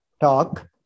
talk